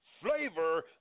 flavor